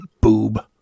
boob